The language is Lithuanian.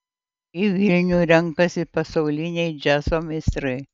į vilnių renkasi pasauliniai džiazo meistrai